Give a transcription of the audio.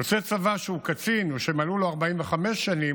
יוצא צבא שהוא קצין ושמלאו לו 45 שנים,